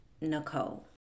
nicole